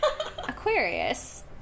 Aquarius